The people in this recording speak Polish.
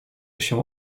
się